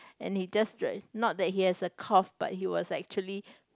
and he just drank not that he has a cough but he was actually